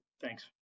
Thanks